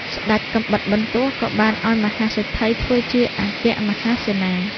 ស្ដេចកាំបិតបន្ទោះក៏បានឱ្យមហាសេដ្ឋីធ្វើជាអគ្គមហាសេនា។